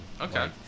Okay